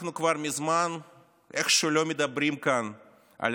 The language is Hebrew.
אנחנו כבר מזמן איכשהו לא מדברים כאן על